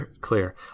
clear